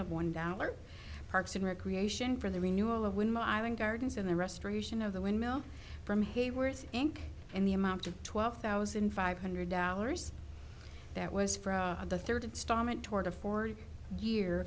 of one dollar parks and recreation for the renewal of when my island gardens in the restoration of the windmill from hayward inc in the amount of twelve thousand five hundred dollars that was for the third installment toward a forty year